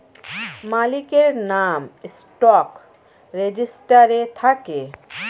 মালিকের নাম স্টক রেজিস্টারে থাকে